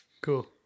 cool